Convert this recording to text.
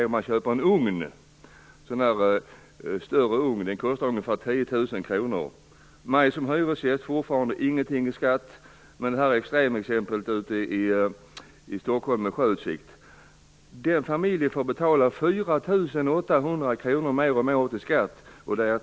Om jag köper en större ugn, som kostar ungefär 10 000 kr, blir det för mig som hyresgäst inte heller här någon skatt. Men i extremexemplet - dvs. om man bor i Stockholm i en villa med sjöutsikt - får man betala 4 800 kr mer i skatt per år.